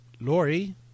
Lori